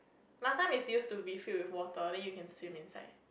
last time it's used to be filled with water then you can swim inside